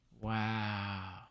wow